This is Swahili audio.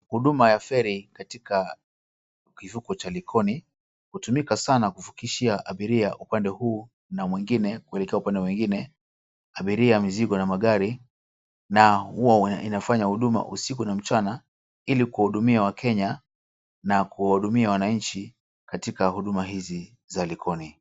Huduma ya feri katika kivuko cha Likoni hutumika sana kuvukishia abiria upande huu na mwingine kuelekea upande mwingine abiria, mizigo na magari na huwa inafanya huduma usiku na mchana ili kuwahudumia wakenya na kuwahudumia wananchi katika huduma hizi za Likoni.